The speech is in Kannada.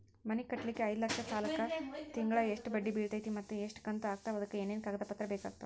ಮನಿ ಕಟ್ಟಲಿಕ್ಕೆ ಐದ ಲಕ್ಷ ಸಾಲಕ್ಕ ತಿಂಗಳಾ ಎಷ್ಟ ಬಡ್ಡಿ ಬಿಳ್ತೈತಿ ಮತ್ತ ಎಷ್ಟ ಕಂತು ಆಗ್ತಾವ್ ಅದಕ ಏನೇನು ಕಾಗದ ಪತ್ರ ಬೇಕಾಗ್ತವು?